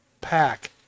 pack